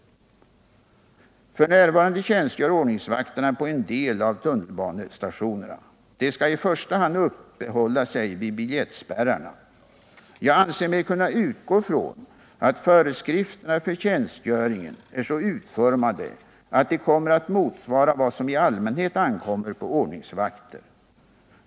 F.n. tjänstgör ordningsvakterna på en del av tunnelbanestationerna. De skall i första hand uppehålla sig vid biljettspärrarna. Jag anser mig kunna utgå från att föreskrifterna för tjänstgöringen är så utformade att de kommer att motsvara vad som i allmänhet ankommer på ordningsvakter.